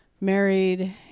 married